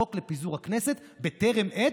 החוק לפיזור הכנסת בטרם עת,